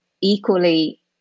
equally